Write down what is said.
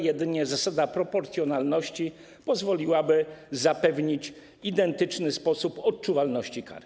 Jedynie zasada proporcjonalności pozwoliłaby zapewnić identyczny sposób odczuwalności kar.